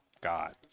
God